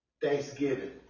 Thanksgiving